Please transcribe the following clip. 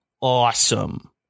awesome